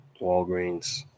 walgreens